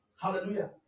Hallelujah